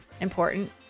important